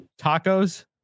tacos